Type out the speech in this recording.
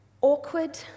awkward